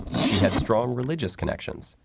she had strong religious connections.